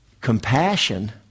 Compassion